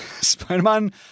Spider-Man